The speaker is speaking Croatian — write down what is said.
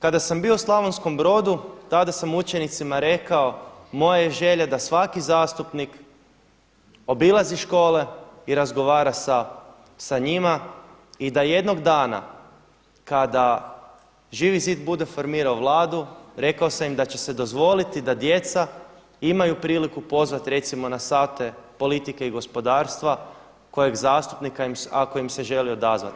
Kada sam bio u Slavonskom brodu tada sam učenicima rekao, moja je želja da svaki zastupnik obilazi škole i razgovara sa njima i da jednog dana kada Živi zid bude formirao Vladu rekao sam im da će se dozvoliti da djeca imaju priliku pozvati recimo na sate politike i gospodarstva kojeg zastupnika ako im se želi odazvati.